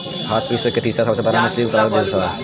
भारत विश्व के तीसरा सबसे बड़ मछली उत्पादक देश ह